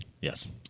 Yes